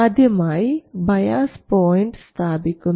ആദ്യമായി bias point സ്ഥാപിക്കുന്നു